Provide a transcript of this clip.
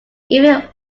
even